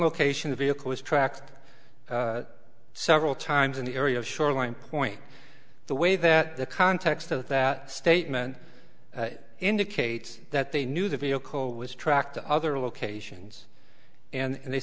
location a vehicle was tracked several times in the area of shoreline point the way that the context of that statement indicates that they knew the vehicle was tracked to other locations and they